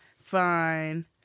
Fine